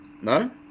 No